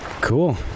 Cool